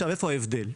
אז איפה ההבדל?